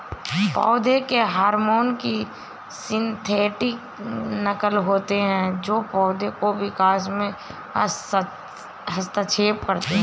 पौधों के हार्मोन की सिंथेटिक नक़ल होते है जो पोधो के विकास में हस्तक्षेप करते है